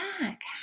back